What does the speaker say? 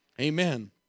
Amen